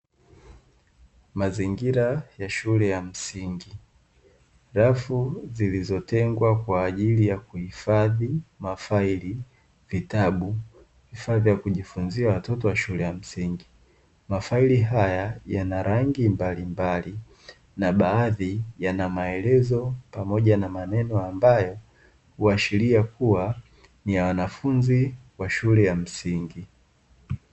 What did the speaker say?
Mazingira ya shule ya msingi, rafu zilizotengwa kwa ajili ya kuhifadhi mafaili, vitabu, vifaa vya kujifunzia watoto wa shule ya msingi. mafaili haya yana rangi mbalimbali na baadhi yana maelezo pamoja na maneno ambayo huashiria kuwa ni ya wanafunzi wa shule ya msingi.